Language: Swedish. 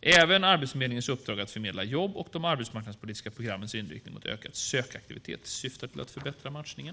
Även Arbetsförmedlingens uppdrag att förmedla jobb och de arbetsmarknadspolitiska programmens inriktning mot ökad sökaktivitet syftar till att förbättra matchningen.